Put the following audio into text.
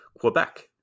Quebec